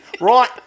Right